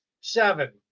seven